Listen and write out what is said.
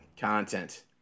Content